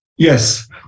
Yes